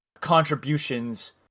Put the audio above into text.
contributions